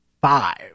five